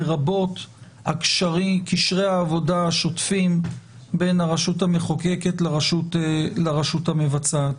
לרבות קשרי העבודה השוטפים בין הרשות המחוקקת לרשות המבצעת.